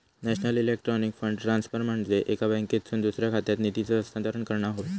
national electronic fund transfer म्हनजे एका बँकेतसून दुसऱ्या खात्यात निधीचा हस्तांतरण करणा होय